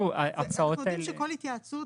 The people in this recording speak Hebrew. אנחנו יודעים שכל התייעצות,